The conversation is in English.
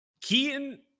keaton